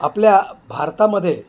आपल्या भारतामध्ये